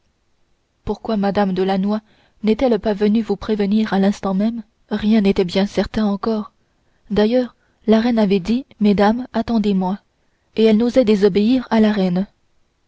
pourquoi mme de lannoy n'est-elle pas venue vous prévenir à l'instant même rien n'était bien certain encore d'ailleurs la reine avait dit mesdames attendez-moi et elle n'osait désobéir à la reine